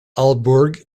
aalborg